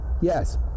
Yes